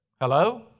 Hello